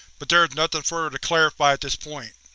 but there is nothing further to clarify at this point.